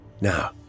Now